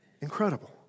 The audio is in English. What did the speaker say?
Incredible